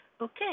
Okay